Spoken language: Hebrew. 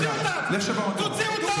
תוציא אותם, תוציא אותם.